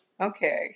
okay